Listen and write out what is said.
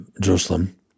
Jerusalem